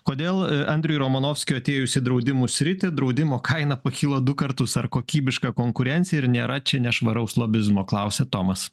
kodėl andriui romanovskiui atėjus į draudimų sritį draudimo kaina pakyla du kartus ar kokybiška konkurencija ir nėra čia nešvaraus lobizmo klausia tomas